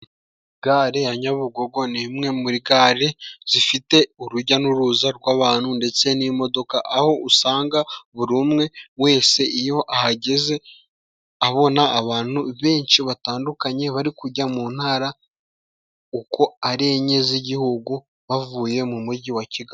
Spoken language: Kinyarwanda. Gare ya nyabugogo ni imwe muri gare zifite urujya n'uruza rw'abantu ndetse n'imodoka aho usanga buri umwe wese. Iyo ahageze abona abantu benshi batandukanye bari kujya mu ntara uko ari enye z'igihugu bavuye mu mujyi wa Kigali.